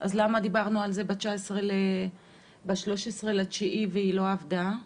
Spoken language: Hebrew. אז למה דיברנו ב-13 בספטמבר והיא לא עבדה?